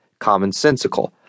commonsensical